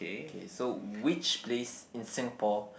okay so which place in Singapore